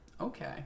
okay